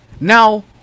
now